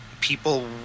People